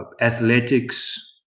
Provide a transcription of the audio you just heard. athletics